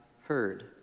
heard